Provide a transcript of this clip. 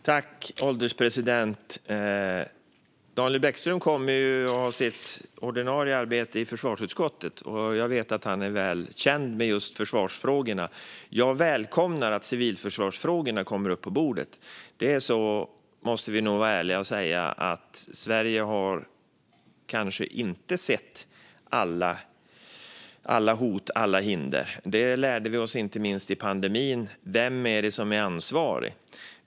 Herr ålderspresident! Daniel Bäckström är ordinarie ledamot i försvarsutskottet och är väl känd just för sitt arbete med försvarsfrågorna. Jag välkomnar att civilförsvarsfrågorna kommer upp på bordet. Vi måste nog vara ärliga och säga att Sverige kanske inte har sett alla hot och alla hinder. Det lärde vi oss inte minst under pandemin. Vem är det som är ansvarig?